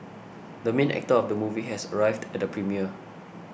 the main actor of the movie has arrived at the premiere